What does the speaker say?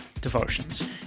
devotions